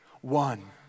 one